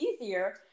easier